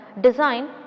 design